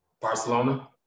Barcelona